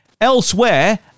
Elsewhere